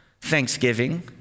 Thanksgiving